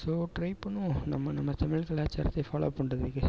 so try பண்ணுவோம் நம்ம நம்ம தமிழ் கலாச்சாரத்தை ஃபாலோவ் பண்ணுறதுக்கு